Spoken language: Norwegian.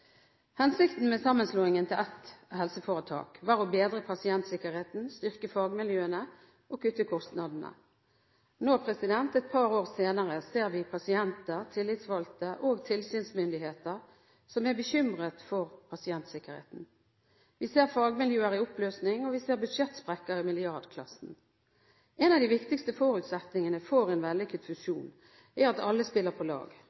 Hensikten med sammenslåingen til ett helseforetak var å bedre pasientsikkerheten, styrke fagmiljøene og kutte kostnadene. Nå, et par år senere, ser vi pasienter, tillitsvalgte og tilsynsmyndigheter som er bekymret for pasientsikkerheten. Vi ser fagmiljøer i oppløsning, og vi ser budsjettsprekker i milliardklassen. En av de viktigste forutsetningene for en vellykket fusjon er at alle spiller på lag